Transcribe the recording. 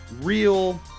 real